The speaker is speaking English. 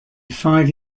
five